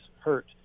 hurt